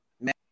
man